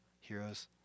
heroes